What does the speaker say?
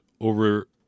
over